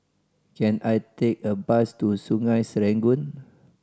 can I take a bus to Sungei Serangoon